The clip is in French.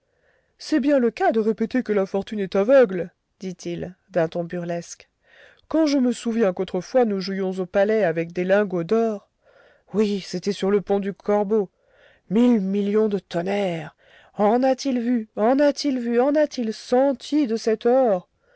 c'est bien le cas de répéter que la fortune est aveugle dit-il d'un ton burlesque quand je me souviens qu'autrefois nous jouions aux palets avec des lingots d'or oui c'était sur le pont du corbeau mille millions de tonnerres en a-t-il vu en a-t-il vu en a-t-il senti de cet or